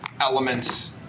elements